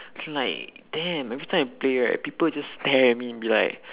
it's like damn every time I play right people just stare at me and be like